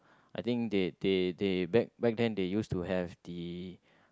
I think they they they back back then they used to have the